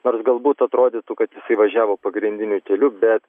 nors galbūt atrodytų kad jisai važiavo pagrindiniu keliu bet